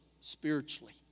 spiritually